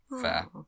Fair